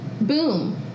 boom